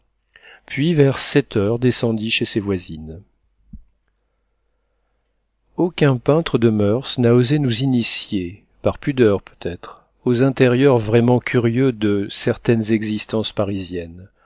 puis vers sept heures descendit chez ses voisines aucun peintre de moeurs n'a osé nous initier par pudeur peut-être aux intérieurs vraiment curieux de certaines existences parisiennes